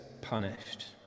punished